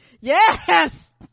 yes